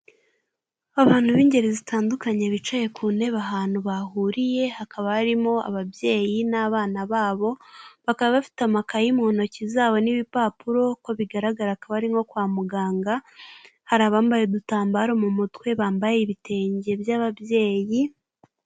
Abantu b'ingeri zitandukanye bicaye ku ntebe ahantu bahuriye, hakaba harimo ababyeyi n'abana babo, bakaba bafite amakaye mu ntoki zabo n'ibipapuro uko bigaragara akaba nko kwa muganga, hari abambaye udutambaro mu mutwe bambaye ibitenge by'ababyeyi.